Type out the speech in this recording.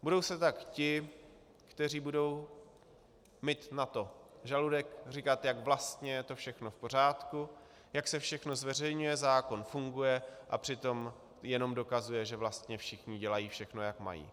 Budou tak ti, kteří budou mít na to žaludek, říkat, jak vlastně je to všechno v pořádku, jak se všechno zveřejňuje, zákon funguje a přitom jenom dokazuje, že vlastně všichni dělají všechno, jak mají.